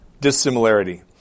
dissimilarity